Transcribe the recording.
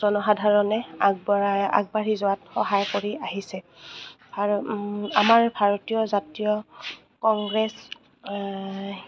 জনসাধাৰণে আগবঢ়াই আগবাঢ়ি যোৱাত সহায় কৰি আহিছে আৰু আমাৰ ভাৰতীয় জাতীয় কংগ্ৰেছ